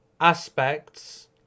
aspects